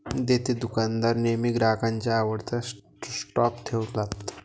देतेदुकानदार नेहमी ग्राहकांच्या आवडत्या स्टॉप ठेवतात